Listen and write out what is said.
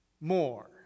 more